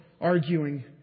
arguing